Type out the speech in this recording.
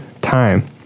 time